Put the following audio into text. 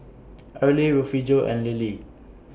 Erle Refugio and Lilie